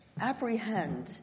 apprehend